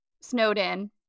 Snowden